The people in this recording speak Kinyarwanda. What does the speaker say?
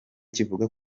kivuga